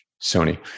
Sony